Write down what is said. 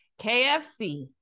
KFC